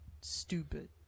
stupid